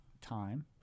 time